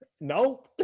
No